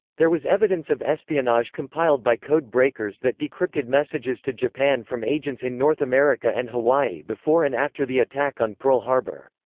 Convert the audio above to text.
there was evidence of espionage compiled by code-breakers that decrypted messages to japan from agents in north america and hawaii before and after the attack on pearl harbor.